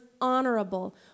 honorable